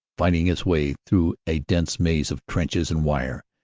fighting its way through a dense maze of trenches and wire,